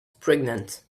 pregnant